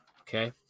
Okay